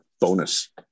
bonus